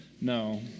No